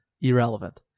irrelevant